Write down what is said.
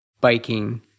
biking